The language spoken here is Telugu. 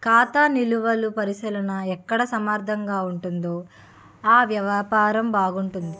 ఖాతా నిలువలు పరిశీలన ఎక్కడ సమర్థవంతంగా ఉంటుందో ఆ వ్యాపారం బాగుంటుంది